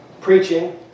preaching